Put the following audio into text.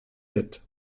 sept